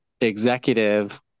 executive